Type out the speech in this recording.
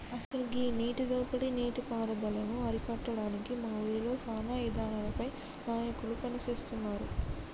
అసలు గీ నీటి దోపిడీ నీటి పారుదలను అరికట్టడానికి మా ఊరిలో సానా ఇదానాలపై నాయకులు పని సేస్తున్నారు